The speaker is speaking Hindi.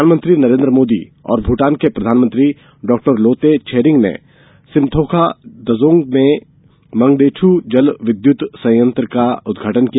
प्रधानमंत्री नरेन्द्र मोदी और भूटान के प्रधानमंत्री डॉक्टर लोते छेरिंग ने सिम्तोखा दजोंग में मंगदेछू जल विद्युत संयंत्र का उदघाटन किया